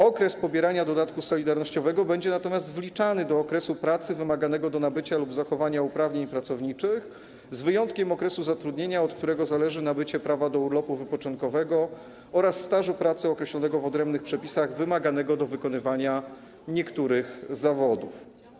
Okres pobierania dodatku solidarnościowego będzie natomiast wliczany do okresu pracy wymaganego do nabycia lub zachowania uprawnień pracowniczych, z wyjątkiem okresu zatrudnienia, od którego zależy nabycie prawa do urlopu wypoczynkowego, oraz stażu pracy określonego w odrębnych przepisach wymaganego do wykonywania niektórych zawodów.